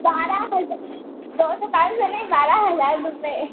बारह दो सौ साठ रुपये नहीं बारह हज़ार रुपये